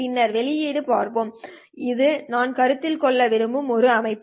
பின்னர் வெளியீடு பார்ப்போம் இது நான் கருத்தில் கொள்ள விரும்பும் ஒரு அமைப்பு